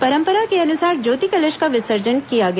परंपरा के अनुसार ज्योति कलश का विसर्जन किया गया